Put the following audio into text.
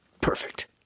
Perfect